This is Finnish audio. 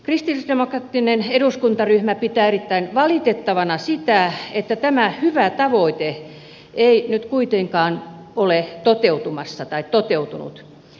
kristillisdemokraattinen eduskuntaryhmä pitää erittäin valitettavana sitä että tämä hyvä tavoite ei nyt kuitenkaan ole toteutunut